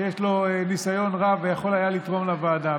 שיש לו ניסיון רב ויכול היה לתרום לוועדה.